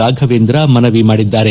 ರಾಫವೇಂದ್ರ ಮನವಿ ಮಾಡಿದ್ದಾರೆ